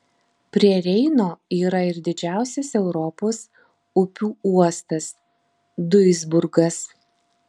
prie reino yra ir didžiausias europos upių uostas duisburgas